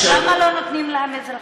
אז למה לא נותנים להם אזרחות?